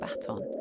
baton